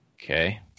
Okay